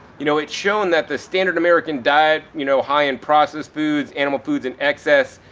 you know, it's shown that the standard american diet, you know, high in processed foods, animal foods in excess,